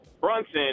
Brunson